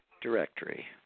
directory